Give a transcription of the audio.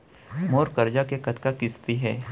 मोर करजा के कतका किस्ती हे?